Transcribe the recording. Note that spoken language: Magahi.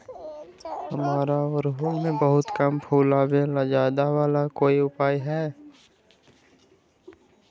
हमारा ओरहुल में बहुत कम फूल आवेला ज्यादा वाले के कोइ उपाय हैं?